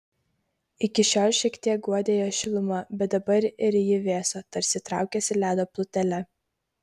iki šiol šiek tiek guodė jo šiluma bet dabar ir ji vėso tarsi traukėsi ledo plutele